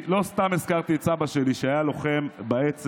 לא סתם הזכרתי את סבא שלי, שהיה לוחם באצ"ל